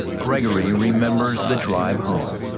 gregory remembers the drive home.